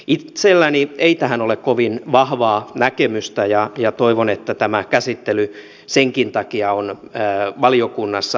itselläni ei tähän ole kovin vahvaa näkemystä ja toivon että tämä käsittely senkin takia on valiokunnassa huolellinen